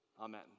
Amen